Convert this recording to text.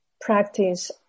practice